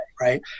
right